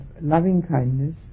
loving-kindness